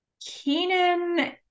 Keenan